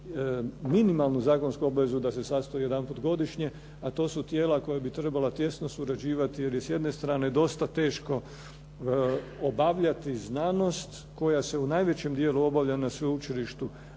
minimalnu zakonsku obavezu da se sastaju jedanput godišnje, a to su tijela koja bi trebala tijesno surađivati jer je s jedne strane dosta teško obavljati znanost koja se u najvećem dijelu obavlja na sveučilištu,